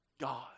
God